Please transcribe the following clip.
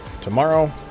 tomorrow